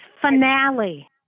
Finale